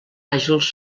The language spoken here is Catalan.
àgils